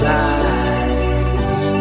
eyes